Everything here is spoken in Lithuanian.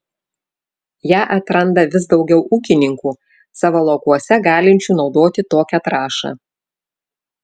ją atranda vis daugiau ūkininkų savo laukuose galinčių naudoti tokią trąšą